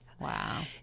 Wow